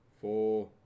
four